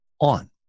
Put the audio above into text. on